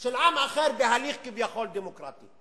של עם אחר בהליך כביכול דמוקרטי.